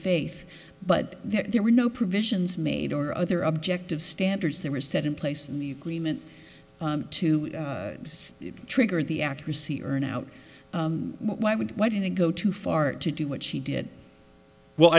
faith but there were no provisions made or other objective standards that were set in place in the gleeman to trigger the accuracy earn out why would why did it go too far to do what she did well